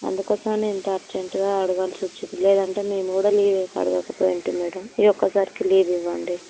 అందుకోసం అనే ఇంత అర్జెంటుగా అడగవలసి వచ్చింది లేదు అంటే నేను కూడా లీవ్ ఏమీ అడుగకపోయేదాన్ని మేడం ఈ ఒక్కసారికి లీవ్ ఇవ్వండి